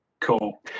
Cool